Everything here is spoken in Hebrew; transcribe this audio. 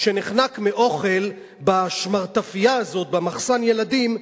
שנחנק מאוכל בשמרטפייה הזאת, במחסן הילדים,